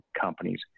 companies